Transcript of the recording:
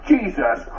Jesus